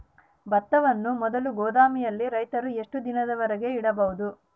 ಭತ್ತವನ್ನು ಮೊದಲು ಗೋದಾಮಿನಲ್ಲಿ ರೈತರು ಎಷ್ಟು ದಿನದವರೆಗೆ ಇಡಬಹುದು?